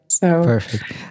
Perfect